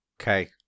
okay